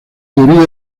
teoría